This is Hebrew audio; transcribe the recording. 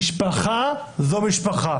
משפחה זו משפחה